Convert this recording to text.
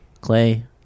Clay